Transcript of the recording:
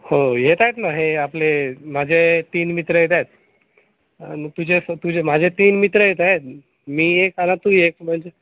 हो येत आहेत ना हे आपले माझे तीन मित्र येत आहेत आणि तुझेच तुझे माझे तीन मित्र येत आहेत मी एक आला तू एक म्हणजे